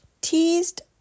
teased